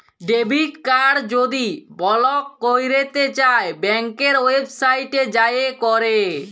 debit card যদি block ক্যইরতে চাই ব্যাংকের ওয়েবসাইটে যাঁয়ে ক্যরে